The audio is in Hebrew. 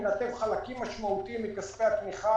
מנתב חלקים משמעותיים מכספי התמיכה